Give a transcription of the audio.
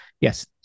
yes